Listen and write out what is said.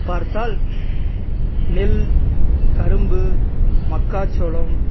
பார்த்தால் நெல் கரும்பு மக்காச்சோளம்